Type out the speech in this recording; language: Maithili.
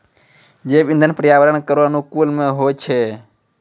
जैव इंधन पर्यावरण केरो अनुकूल नै होय छै